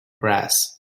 grass